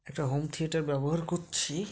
একটা home theatre ব্যবহার করছি